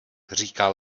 říká